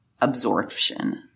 absorption